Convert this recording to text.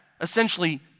essentially